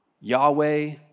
Yahweh